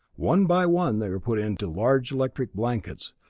one by one they were put into large electric blankets,